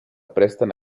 presten